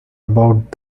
about